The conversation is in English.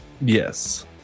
yes